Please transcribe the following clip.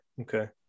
okay